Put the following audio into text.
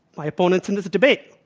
my opponents in this debate,